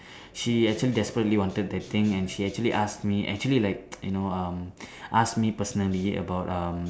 she actually desperately wanted that thing and she actually ask me actually like you know um ask me personally about um